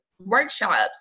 workshops